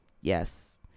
Yes